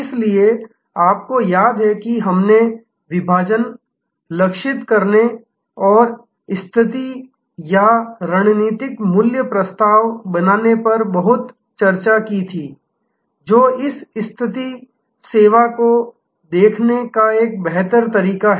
इसलिए आपको याद है कि हमने विभाजन लक्षित करने और स्थिति या रणनीतिक मूल्य प्रस्ताव बनाने पर बहुत चर्चा की थी जो इस स्थिति सेवा को देखने का एक बेहतर तरीका है